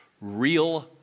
Real